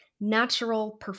natural